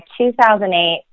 2008